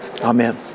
Amen